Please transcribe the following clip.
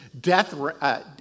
Death